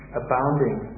abounding